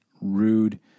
rude